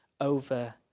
over